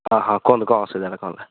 ହଁ ହଁ କୁହନ୍ତୁ କ'ଣ ଅସୁବିଧା ହେଲା କୁହନ୍ତୁ